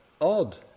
odd